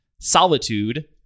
Solitude